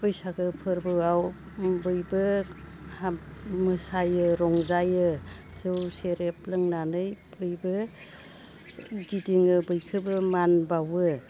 बैसागो फोरबोआव बयबो मोसायो रंजायो जौ सेरेपब लोंनानै बयबो गिदिङो बयखौबो मान बावो